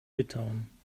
litauen